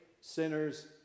sinners